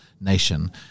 nation